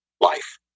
life